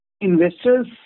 investors